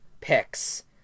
picks